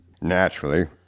naturally